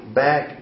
back